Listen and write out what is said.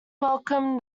welcomed